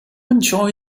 enjoy